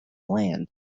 land